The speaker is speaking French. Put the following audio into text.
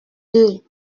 deux